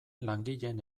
langileen